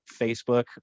Facebook